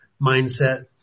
mindset